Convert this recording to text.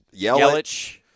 Yelich